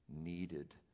needed